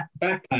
backpack